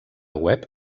web